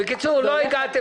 בקיצור, לא הגעתם